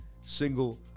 single